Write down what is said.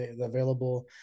available